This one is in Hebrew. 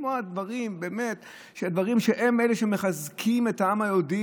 לשמוע דברים שהם הדברים שמחזקים את העם היהודי.